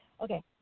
Okay